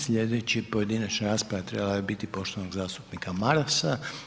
Sljedeća pojedinačna rasprava trebala je biti poštovanog zastupnika Marasa.